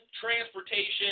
transportation